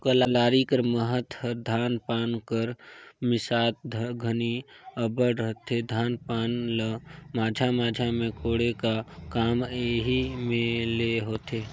कलारी कर महत हर धान पान कर मिसात घनी अब्बड़ रहथे, धान पान ल माझा माझा मे कोड़े का काम एही मे ले होथे